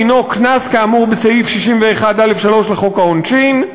דינו קנס כאמור בסעיף 61(א)(3) לחוק העונשין,